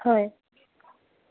হয়